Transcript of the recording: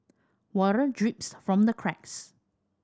water drips from the cracks